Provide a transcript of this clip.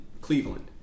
Cleveland